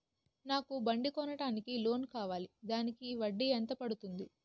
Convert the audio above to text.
నాకు బండి కొనడానికి లోన్ కావాలిదానికి వడ్డీ ఎంత పడుతుంది?